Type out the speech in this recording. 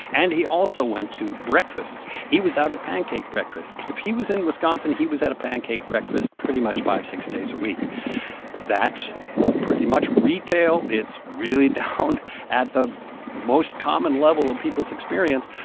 and he also went to breakfasts. he was out at pancake breakfasts. if he was in wisconsin, he was at a pancake breakfast pretty much five, six days a week that pretty much retail. it's really down at the most common level of people's experience,